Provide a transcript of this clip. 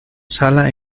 sala